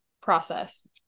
process